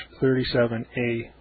37A